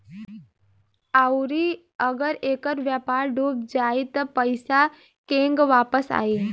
आउरु अगर ऐकर व्यापार डूब जाई त पइसा केंग वापस आई